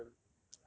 cause your phone